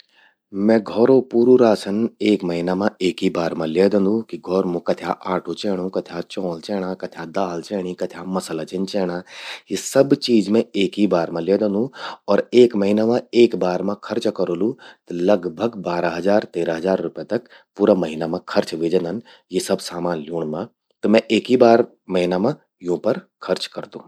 मैं घौरो पूरू राशन एक मैना मां एक ही बार मां ल्ये द्योंदू। घौर मूं कथ्या आटु चेैंणूं, कथ्या चौंल चैंणा, कथ्या दाल चैंणी, कथ्या मसला छिन चैंणा। यि सब चीज मैं एक ही बार मां ल्ये द्योंदू। और एक महीना मां एक बार खर्चा करोलु, त लगभग बारह हजार तेरह हजार रुप्या तक पूरा महीना मां खर्च व्हे जंदन यि सब सामान ल्यूंण मां। त मैं एक ही बार महीना मां यूं पर खर्च करदू।